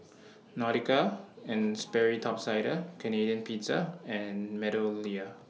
Nautica and Sperry Top Sider Canadian Pizza and Meadowlea